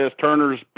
Turner's